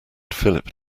philip